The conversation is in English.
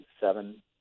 seven